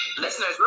listeners